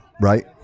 Right